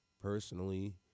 personally